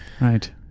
Right